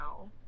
now